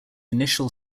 initial